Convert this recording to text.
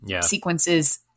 sequences